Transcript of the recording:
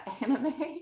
anime